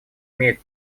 имеет